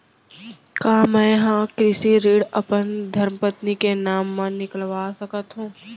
का मैं ह कृषि ऋण अपन धर्मपत्नी के नाम मा निकलवा सकथो?